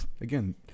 again